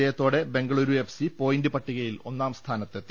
ജയത്തോടെ Bengaluru FC point പട്ടിക യിൽ ഒന്നാം സ്ഥാനത്തെത്തി